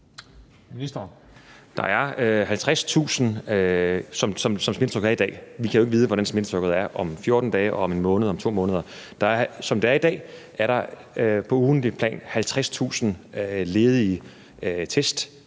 Der er 50.000, som smittetrykket er i dag. Vi kan jo ikke vide, hvordan smittetrykket er om 14 dage, om 1 måned eller om 2 måneder. Som det er i dag, er der på ugentligt plan 50.000 ledige test